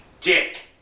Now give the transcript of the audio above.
dick